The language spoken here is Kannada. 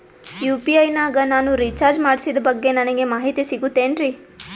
ಯು.ಪಿ.ಐ ನಾಗ ನಾನು ರಿಚಾರ್ಜ್ ಮಾಡಿಸಿದ ಬಗ್ಗೆ ನನಗೆ ಮಾಹಿತಿ ಸಿಗುತೇನ್ರೀ?